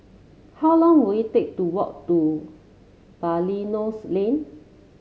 how long will it take to walk to Belilios Lane